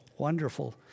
wonderful